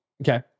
Okay